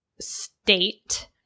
state